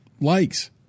likes